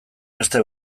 beste